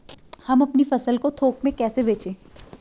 हम अपनी फसल को थोक में कैसे बेचें?